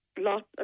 lots